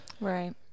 right